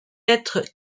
être